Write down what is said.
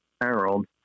Harold